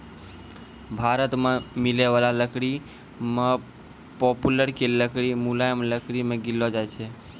भारत मॅ मिलै वाला लकड़ी मॅ पॉपुलर के लकड़ी मुलायम लकड़ी मॅ गिनलो जाय छै